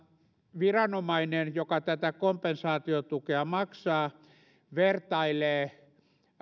viranomainen joka tätä kompensaatiotukea maksaa vertailee